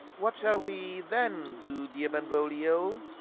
what shall we, then, do, dear benvolio?